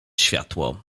światło